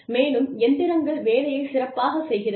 மேலும் எந்திரங்கள் வேலையை சிறப்பாக செய்கிறது